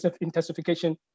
intensification